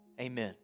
Amen